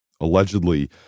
allegedly